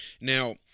Now